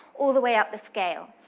all the way up the scale.